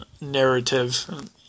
Narrative